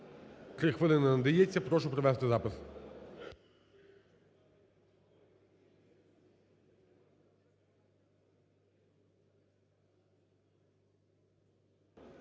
три хвилини надається, прошу провести запис.